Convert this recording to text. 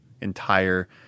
entire